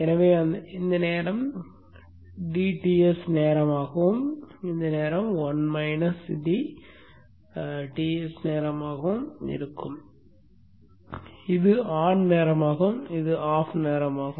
எனவே இந்த நேரம் dTs நேரமாகவும் இந்த நேரம் 1 - dTs நேரமாகவும் இருக்கும் இதுவே ஆன் நேரமாகும் இதுவே ஆஃப் நேரமாகும்